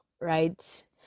right